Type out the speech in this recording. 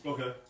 Okay